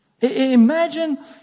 Imagine